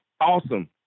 awesome